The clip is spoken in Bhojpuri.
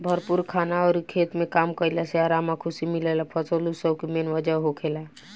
भरपूर खाना अउर खेत में काम कईला से आराम आ खुशी मिलेला फसल उत्सव के मेन वजह होखेला